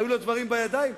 היו לו דברים בידיים.